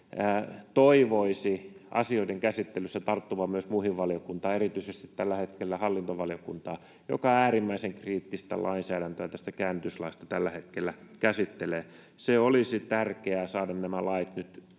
toivoisi asioiden käsittelyssä tarttuvan myös muihin valiokuntiin, erityisesti tällä hetkellä hallintovaliokuntaan, joka äärimmäisen kriittistä lainsäädäntöä tästä käännytyslaista tällä hetkellä käsittelee. Olisi tärkeää saada nämä lait nyt